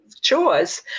chores